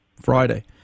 Friday